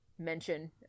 mention